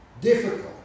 difficult